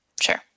Sure